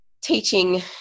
teaching